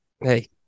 hey